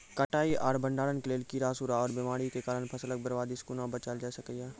कटाई आर भंडारण के लेल कीड़ा, सूड़ा आर बीमारियों के कारण फसलक बर्बादी सॅ कूना बचेल जाय सकै ये?